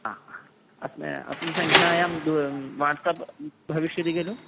हा अस्मि अस्मिन् सङ्ख्यायां वाट्सप् भविष्यति खलु